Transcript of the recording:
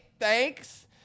thanks